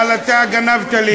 אבל אתה גנבת לי את זה.